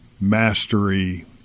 mastery